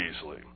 easily